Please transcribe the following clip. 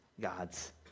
gods